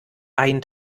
ein